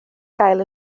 gael